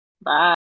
Bye